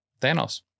Thanos